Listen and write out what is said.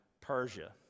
Persia